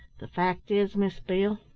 the fact is, miss beale,